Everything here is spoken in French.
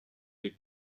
les